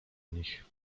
nich